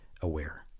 aware